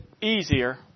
easier